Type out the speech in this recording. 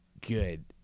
good